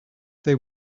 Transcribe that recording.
they